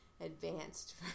advanced